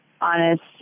honest